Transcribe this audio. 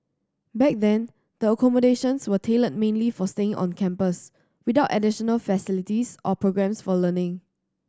back then the accommodations were tailored mainly for staying on campus without additional facilities or programmes for learning